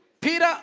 Peter